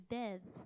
death